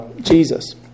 Jesus